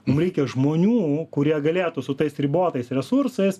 mum reikia žmonių kurie galėtų su tais ribotais resursais